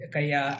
Kaya